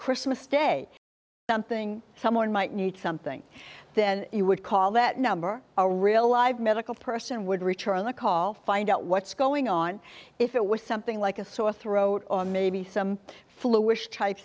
christmas day something someone might need something then you would call that number a real live medical person would return the call find out what's going on if it was something like a sore throat or maybe some flu which type